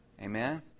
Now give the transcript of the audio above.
amen